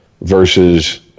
versus